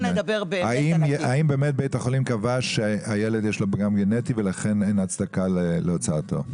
האם באמת בית החולים קבע לילד יש פגם גנטי ולכן אין הצדקה להוצאתו?